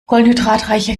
kohlenhydratreiche